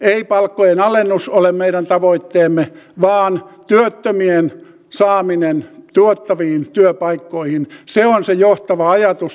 ei palkkojen alennus ole meidän tavoitteemme vaan työttömien saaminen tuottaviin työpaikkoihin se on se johtava ajatus